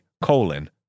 colon